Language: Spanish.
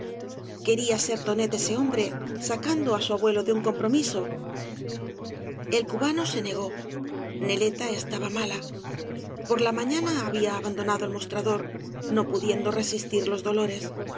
quaría ser tonet ese hombre sacando á su abue lo de un compromiso el cubano se negó neleta estaba mala por la mañana había abandonado el mostrador no pudiendo resistir los dolores